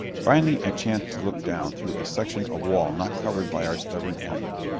finally i chanced to look down through a section of wall not covered by our stubborn enemy.